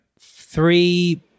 three